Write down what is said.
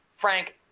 Frank